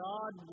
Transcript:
God